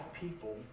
people